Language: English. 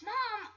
Mom